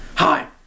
Hi